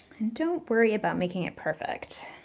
and don't worry about making it perfect.